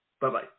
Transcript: Bye-bye